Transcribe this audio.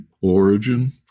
origin